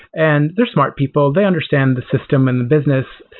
and they're smart people. they understand the system and the business.